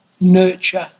nurture